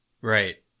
Right